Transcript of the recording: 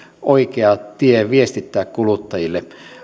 oikea tie viestittää kuluttajille